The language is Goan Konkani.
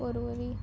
परवरी